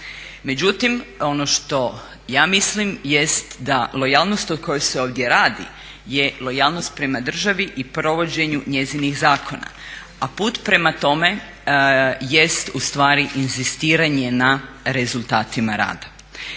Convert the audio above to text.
Međutim, ono što ja mislim jest da lojalnost o kojoj se ovdje radi je lojalnost prema državi i provođenju njezinih zakona. A put prema tome jest ustvari inzistiranje na rezultatima rada.